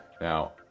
Now